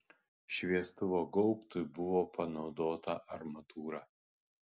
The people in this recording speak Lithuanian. šviestuvo gaubtui buvo panaudota armatūra